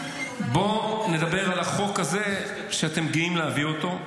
בואו נדבר על החוק הזה שאתם גאים להביא אותו,